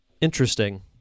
Interesting